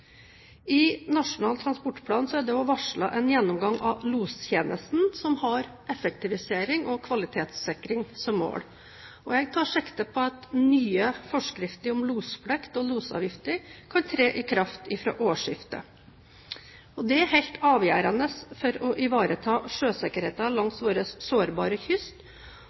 I Nasjonal transportplan er det også varslet en gjennomgang av lostjenesten, som har effektivisering og kvalitetssikring som mål. Jeg tar sikte på at nye forskrifter om losplikt og losavgifter kan tre i kraft fra årsskiftet. Det er helt avgjørende for å ivareta sjøsikkerheten langs vår sårbare kyst,